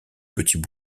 petits